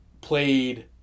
played